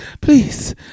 Please